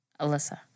Alyssa